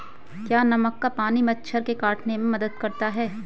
क्या नमक का पानी मच्छर के काटने में मदद करता है?